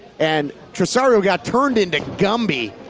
and trissario got turned into gumby.